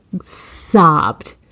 sobbed